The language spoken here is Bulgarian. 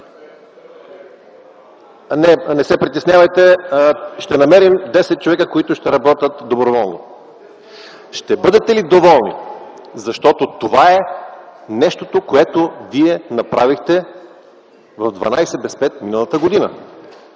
Не се притеснявайте, ще намерим 10 човека, които ще работят доброволно. Ще бъдете ли доволни? Защото това е нещото, което вие направихте в дванадесет без пет миналата година?